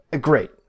Great